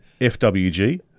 FWG